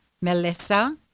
Melissa